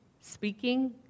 speaking